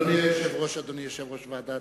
אסיים ואומר: